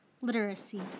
Literacy